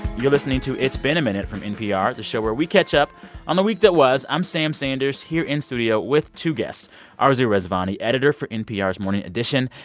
you're listening to it's been a minute from npr, the show where we catch up on the week that was. i'm sam sanders here in studio with two guests arezou rezvani, editor for npr's morning edition,